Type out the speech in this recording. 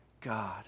God